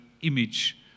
image